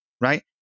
right